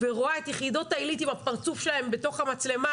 ורואה את יחידות העילית עם הפרצוף שלהם בתוך המצלמה